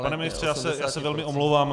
Pane ministře, já se velmi omlouvám.